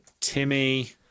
timmy